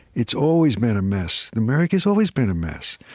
it's always been a mess. america's always been a mess.